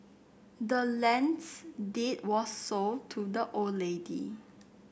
the land's deed was sold to the old lady